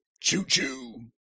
Choo-choo